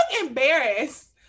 embarrassed